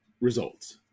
results